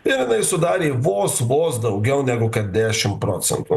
ir jinai sudarė vos vos daugiau negu kad dešimt procentų